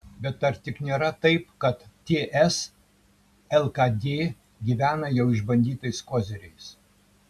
bet ar tik nėra taip kad ts lkd gyvena jau išbandytais koziriais